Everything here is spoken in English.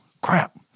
crap